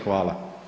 Hvala.